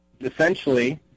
essentially